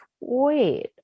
wait